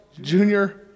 Junior